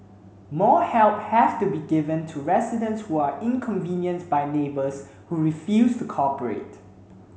more help have to be given to residents who are inconvenienced by neighbours who refuse to cooperate